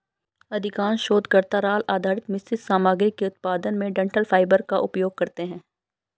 अधिकांश शोधकर्ता राल आधारित मिश्रित सामग्री के उत्पादन में डंठल फाइबर का उपयोग करते है